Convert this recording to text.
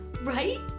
Right